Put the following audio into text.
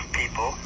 people